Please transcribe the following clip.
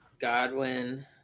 Godwin